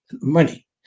money